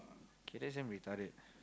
k that's damn retarded